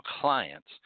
clients